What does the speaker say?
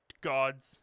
God's